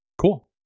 Cool